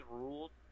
ruled